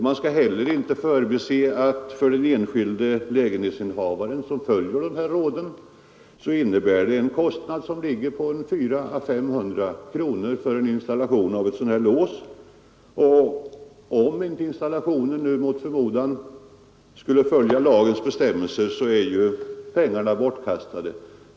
Man skall heller inte förbise den omständigheten att för den enskilde lägenhetsinnehavaren innebär installationen av låset en kostnad på 400 å 500 kronor. Om installationen inte följer lagens bestämmelser är ju pengarna bortkastade.